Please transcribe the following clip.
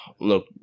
Look